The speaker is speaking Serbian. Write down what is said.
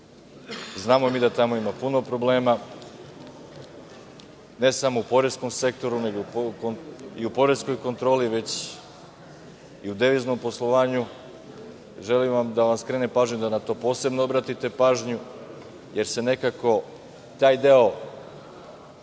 Znamo mi da tamo ima puno problema, ne samo u poreskom sektoru i u poreskoj kontroli, već i u deviznom poslovanju. Želim da vam skrenem pažnju da na to posebno obratite pažnju, jer se nekako taj deo